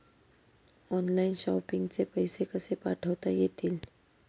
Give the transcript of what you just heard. Online shopping चे पैसे कसे पाठवता येतील?